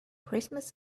christmas